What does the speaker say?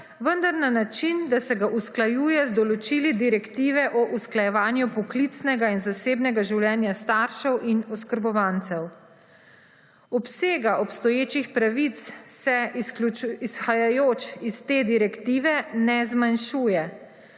vendar na način, da se ga usklajujejo z določili direktive o usklajevanju poklicnega in zasebnega življenja staršev in oskrbovancev. Obsega obstoječih pravic se izhajajoč iz te direktive ne zmanjšuje.